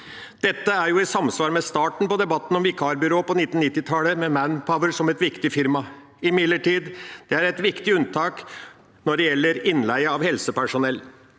Dette er i samsvar med starten på debatten om vikarbyrå på 1990-tallet, med Manpower som et viktig firma. Imidlertid er det et viktig unntak når det gjelder innleie av helsepersonell.